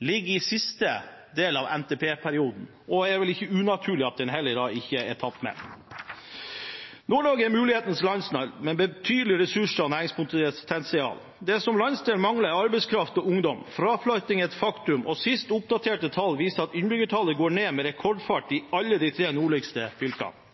ligger i siste del av NTP-perioden, og det er vel ikke unaturlig at de da heller ikke er tatt med. Nord-Norge er mulighetenes landsdel, med betydelige ressurser og næringspotensial. Det landsdelen mangler, er arbeidskraft og ungdom. Fraflyttingen er et faktum, og de sist oppdaterte tallene viser at innbyggertallet går ned med rekordfart i alle de tre nordligste fylkene.